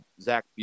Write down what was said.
Zach